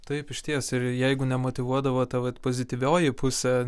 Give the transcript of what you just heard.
taip išties ir jeigu nemotyvuodavo ta vat pozityvioji pusė